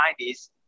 90s